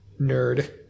nerd